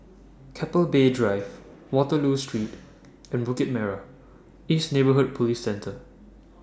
Keppel Bay Drive Waterloo Street and Bukit Merah East Neighbourhood Police Centre